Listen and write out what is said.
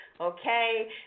Okay